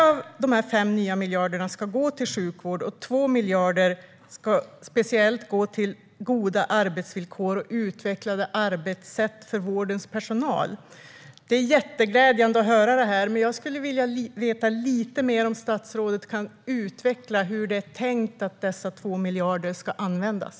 Av de 5 nya miljarderna ska 3 gå till sjukvård, och 2 miljarder ska speciellt gå till goda arbetsvillkor och utvecklade arbetssätt för vårdens personal. Det är jätteglädjande att höra detta, men jag skulle vilja veta lite mer. Kan statsrådet utveckla hur det är tänkt att dessa 2 miljarder ska användas?